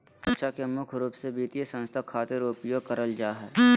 सुरक्षा के मुख्य रूप से वित्तीय संस्था खातिर उपयोग करल जा हय